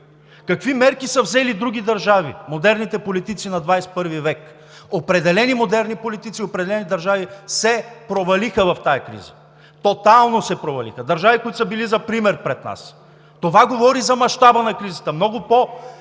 Какви мерки са взели други държави – модерните политици на 21 век? Определени модерни политици, определени държави се провалиха в тази криза, тотално се провалиха – държави, които са били за пример пред нас. Това говори за мащаба на кризата. Много по-дълго